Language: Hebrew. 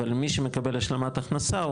אבל מי שמקבל השלמת הכנסה,